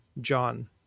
John